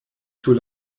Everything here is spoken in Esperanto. sur